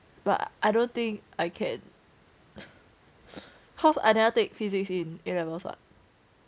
but I don't think I can cause I never take physics in A levels [what]